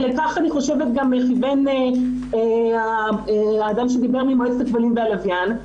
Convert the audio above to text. ולכך אני חושבת גם התכוון האדם שדיבר ממועצת הכבלים והלוויין.